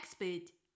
expert